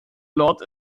lord